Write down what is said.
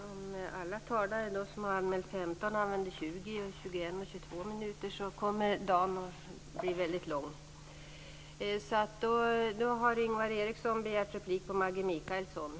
Om alla talare som anmält sig för 15 minuters anförande i stället använder 20, 21 och 22 minuter kommer dagen att bli väldigt lång.